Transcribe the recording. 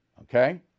okay